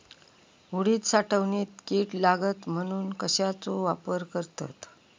उडीद साठवणीत कीड लागात म्हणून कश्याचो वापर करतत?